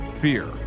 fear